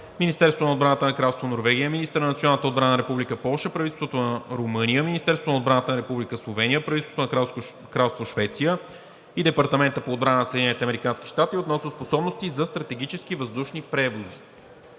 Министерството на отбраната на Кралство Норвегия, министъра на националната отбрана на Република Полша, правителството на Румъния, Министерството на отбраната на Република Словения, правителството на Кралство Швеция и Департамента по отбрана на Съединените американски щати относно способности за стратегически въздушни превози.